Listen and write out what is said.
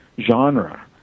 genre